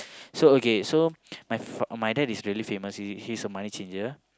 so okay so my fa~ my dad is really famous he's a money changer